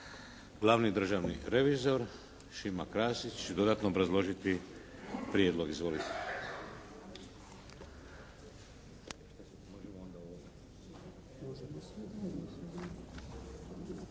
Glavni državni revizor Šima Krasić će dodatno obrazložiti prijedlog. Izvolite.